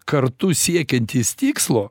kartu siekiantys tikslo